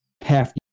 half